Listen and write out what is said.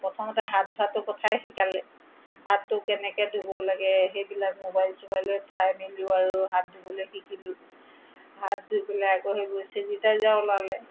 প্ৰথমতে হাত ধোৱাটোৰ কথাই শিকালে হাতটো কেনেকৈ ধুব লাগে সেইবিলাক মোবাইল চোবাইলত চাই মেলি আৰু হাত ধুবলৈ শিকিলোঁ হাত ধুই পেলাই আকৌ সেইবোৰ ছেনিটাইজাৰ ওলালে